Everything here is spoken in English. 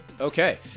Okay